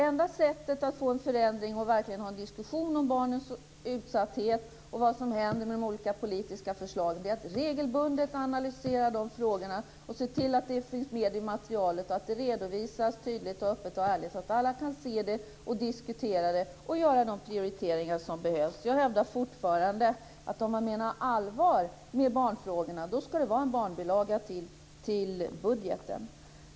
Enda sättet att få en förändring och verkligen ha en diskussion om barnens utsatthet och vad som händer med de olika politiska förslagen är att regelbundet analysera de frågorna och se till att det finns med i materialet, att det redovisas tydligt, öppet och ärligt så att alla kan se det, diskutera det och göra de prioriteringar som behövs. Jag hävdar fortfarande att om man menar allvar med barnfrågorna ska det vara en barnbilaga till budgeten.